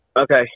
Okay